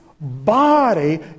body